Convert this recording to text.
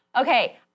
okay